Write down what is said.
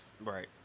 Right